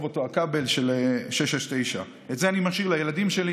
הכבל של 669. את זה אני משאיר לילדים שלי.